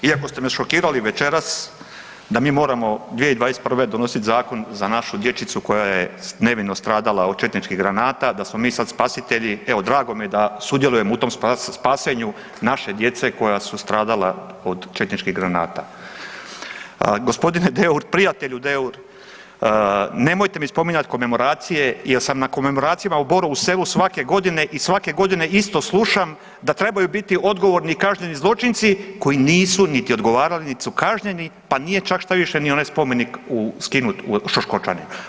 Iako ste me šokirali večeras da mi moramo 2021.g. donositi zakon za našu dječicu koja je nevino stradala od četničkih granata, da smo mi sad spasitelji evo drago mi je da sudjelujem u tom spasenju naše djece koja su stradala od četničkih granata. g. Deur, prijatelju Deur nemojte mi spominjat komemoracije jer sam na komemoracijama u Borovu Selu svake godine i svake godine isto slušam da trebaju biti odgovorni i kažnjeni zločinci koji nisu niti odgovarali, nit su kažnjeni, pa nije čak štaviše ni onaj spomenik skinut Šoškočaninu.